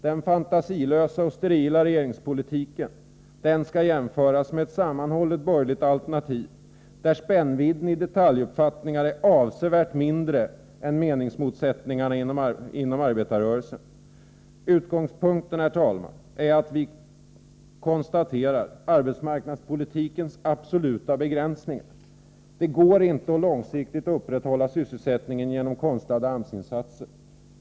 Den fantasilösa och sterila regeringspolitiken skall jämföras med ett sammanhållet borgerligt alternativ, där spännvidden i detaljuppfattningar är avsevärt mindre än meningsmotsättningarna inom arbetarrörelsen. Utgångspunkten är att vi konstaterar arbetsmarknadspolitikens absoluta begränsningar. Det går inte att långsiktigt upprätthålla sysselsättningen genom konstlade AMS-insatser.